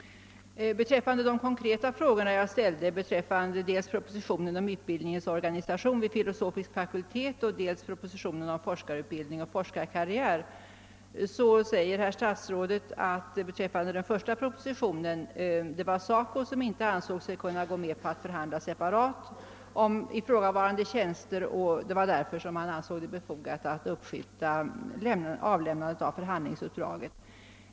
Mina konkreta frågor gällde dels propositionen om utbildningens organisation vid filosofisk fakultet, dels propositionen om forskarutbildning och forskarkarriär. På den första frågan svarar herr statsrådet att SACO inte ansåg sig kunna gå med på att förhandla separat om ifrågavarande tjänster och att det var därför han fann det befogat att uppskjuta avlämnandet av förhandlingsuppdraget.